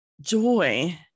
joy